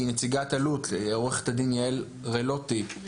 נציגת אלו"ט, עו"ד יעל רלוי.